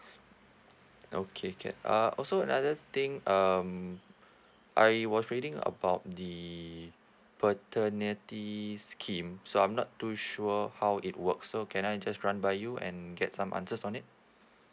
okay can uh also another thing um I was reading about the paternity scheme so I'm not too sure how it works so can I just run by you and get some answers on it